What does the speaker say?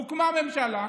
הוקמה הממשלה,